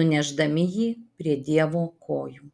nunešdami jį prie dievo kojų